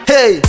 Hey